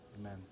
Amen